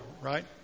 right